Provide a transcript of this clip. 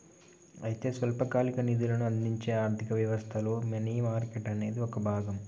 అయితే స్వల్పకాలిక నిధులను అందించే ఆర్థిక వ్యవస్థలో మనీ మార్కెట్ అనేది ఒక భాగం